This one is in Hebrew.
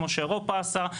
כמו שאירופה עושה,